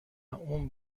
اون